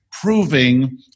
proving